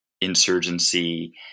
insurgency